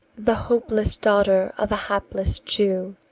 the hopeless daughter of a hapless jew,